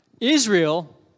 Israel